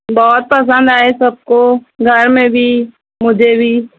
بہت پسند آئے سب کو گھر میں بھی مجھے بھی